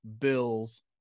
Bills